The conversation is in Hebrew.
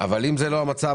אבל אם זה לא המצב,